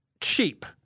cheap